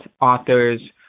authors